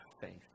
faith